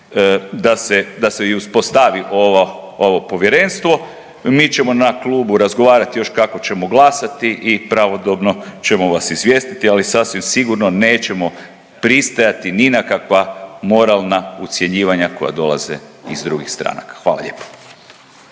da se i uspostavi ovo povjerenstvo, mi ćemo na klubu razgovarati još kako ćemo glasati i pravodobno ćemo vas izvijestiti, ali sasvim sigurno nećemo pristajati ni na kakva moralna ucjenjivanja koja dolaze iz drugih stranaka. Hvala lijepo.